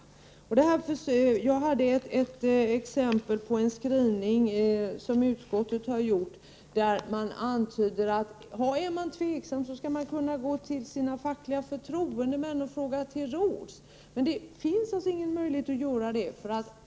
Jag nämnde förut att utskottet har en skrivning om att den som är tveksam skall kunna gå till sina fackliga förtroendemän och fråga dem till råds, men det finns ingen möjlighet att göra det.